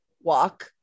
walk